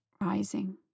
rising